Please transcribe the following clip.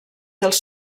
els